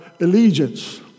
allegiance